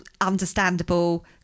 understandable